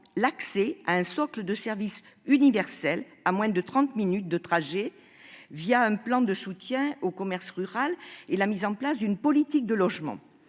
l'accès à « un socle de services universels à moins de trente minutes de trajet », grâce à un plan de soutien au commerce rural et à la mise en place d'une politique de logement.